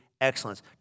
excellence